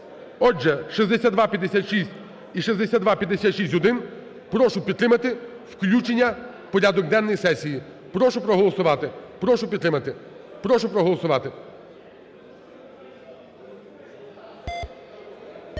Отже, 6256 і 6256-1 прошу підтримати включення у порядок денний сесії. Прошу проголосувати, прошу підтримати. Прошу проголосувати.